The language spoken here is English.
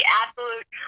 absolute